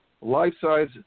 life-size